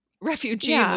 refugee